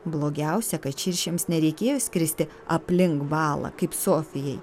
blogiausia kad širšėms nereikėjo skristi aplink balą kaip sofijai